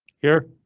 here,